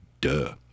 Duh